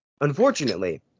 Unfortunately